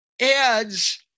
adds